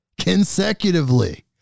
consecutively